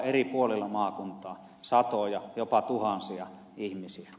eri puolilla maakuntaa satoja jopa tuhansia ihmisiä